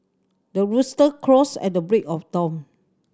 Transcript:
the rooster crows at the break of dawn